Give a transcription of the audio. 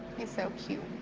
he's so cute.